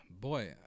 boy